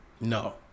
No